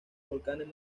volcanes